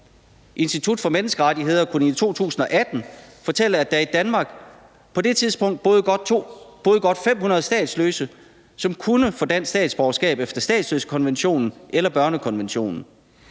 Institut for Menneskerettigheder kunne i 2018 fortælle, at der i Danmark på det tidspunkt boede godt 500 statsløse, som kunne få dansk statsborgerskab efter statsløsekonventionen eller efter børnekonventionen.